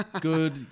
Good